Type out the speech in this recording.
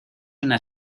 una